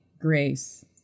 grace